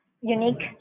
unique